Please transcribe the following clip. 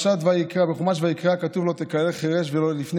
בחומש ויקרא כתוב: "לא תקלל חרש ולפני